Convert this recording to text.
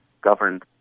governed